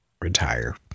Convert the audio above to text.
retire